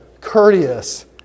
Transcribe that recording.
courteous